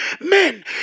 Men